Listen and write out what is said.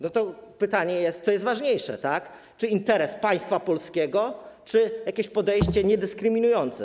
No to jest pytanie, co jest ważniejsze, czy interes państwa polskiego, czy jakieś podejście niedyskryminujące.